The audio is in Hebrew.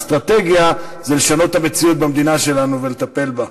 האסטרטגיה היא לשנות את המציאות במדינה שלנו ולטפל בה.